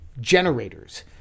Generators